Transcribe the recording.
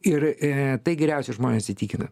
ir e tai geriausiai žmonės įtikina